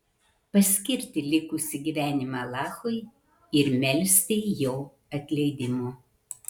paskirti likusį gyvenimą alachui ir melsti jo atleidimo